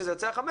שזה יוצא ה-15,